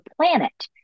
planet